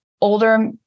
older